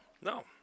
No